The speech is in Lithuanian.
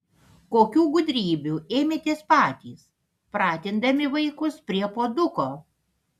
kokių gudrybių ėmėtės patys pratindami vaikus prie puoduko